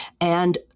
and-